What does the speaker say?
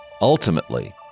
Ultimately